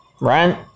rent